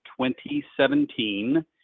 2017